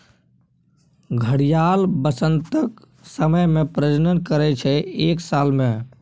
घड़ियाल बसंतक समय मे प्रजनन करय छै एक साल मे